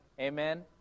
Amen